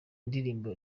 ndirimbo